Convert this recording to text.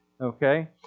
Okay